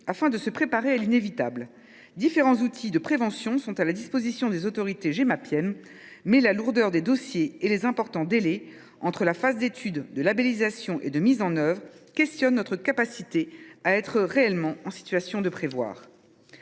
afin de se préparer à l’inévitable. Différents outils de prévention sont à la disposition des autorités gémapiennes, mais la lourdeur des dossiers et les importants délais, entre les phases d’étude, de labellisation et de mise en œuvre, obèrent notre capacité à être réellement en situation de prévoir.